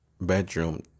bedroom